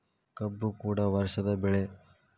ಕಬ್ಬು ಕೂಡ ವರ್ಷದ ಬೆಳೆ